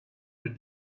bir